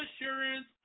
assurance